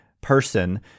person